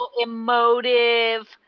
emotive